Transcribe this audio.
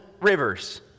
rivers